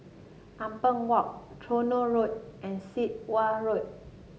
Ampang Walk Tronoh Road and Sit Wah Road